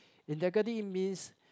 integrity means